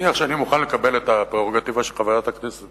נניח שאני מוכן לקבל את הפררוגטיבה שחברת הכנסת